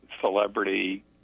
celebrity